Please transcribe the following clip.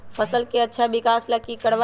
फसल के अच्छा विकास ला की करवाई?